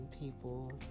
people